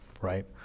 Right